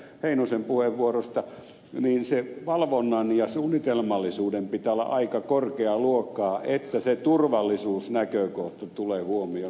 heinosen puheenvuorosta niin sen valvonnan ja suunnitelmallisuuden pitää olla aika korkeaa luokkaa että se turvallisuusnäkökohta tulee huomioon otetuksi